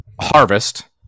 harvest